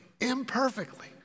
imperfectly